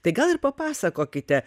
tai gal ir papasakokite